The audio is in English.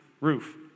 roof